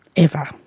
ever,